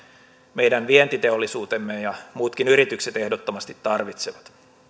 meidän vientiteollisuutemme ja muutkin yritykset ehdottomasti tarvitsevat